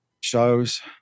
shows